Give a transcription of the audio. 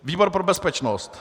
výbor pro bezpečnost: